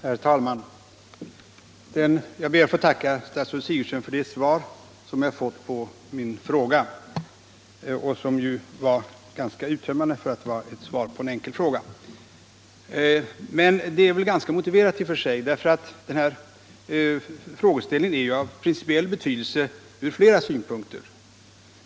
Herr talman! Jag ber att få tacka statsrådet Sigurdsen för det svar som jag fått, som var tämligen uttömmande för att vara svar på en enkel fråga. Men det är ganska motiverat, eftersom den här frågeställningen är av principiell betydelse ur flera synpunkter.